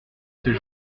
ses